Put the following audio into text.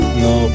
no